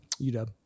UW